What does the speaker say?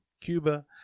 cuba